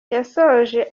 yasoje